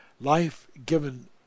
life-given